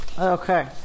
Okay